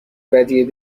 ودیعه